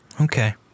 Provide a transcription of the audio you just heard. Okay